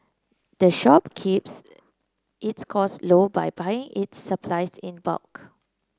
the shop keeps its cost low by buying its supplies in bulk